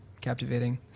captivating